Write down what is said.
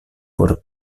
por